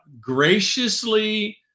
graciously